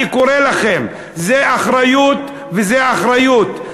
אני קורא לכם, זה אחריות וזה אחריות.